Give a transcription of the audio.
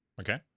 okay